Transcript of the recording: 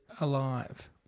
alive